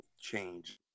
change